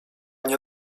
nie